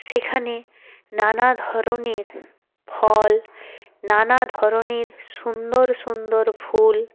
সেখানে নানা ধরনের ফল নানা ধরনের সুন্দর সুন্দর ফুল